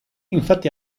infatti